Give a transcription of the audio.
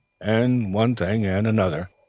and one thing and another.